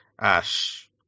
Ash